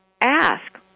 ask